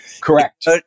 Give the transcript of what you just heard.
Correct